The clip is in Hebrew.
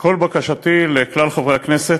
כל בקשתי לכלל חברי הכנסת,